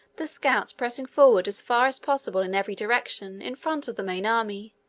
the scouts pressing forward as far as possible in every direction in front of the main army,